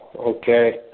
okay